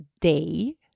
day